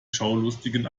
schaulustigen